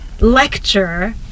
lecture